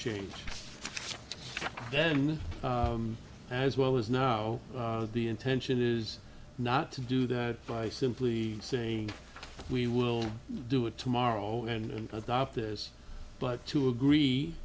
change then as well as now the intention is not to do that by simply saying we will do it tomorrow and adopt this but to agree